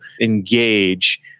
engage